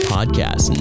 Podcast